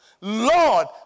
Lord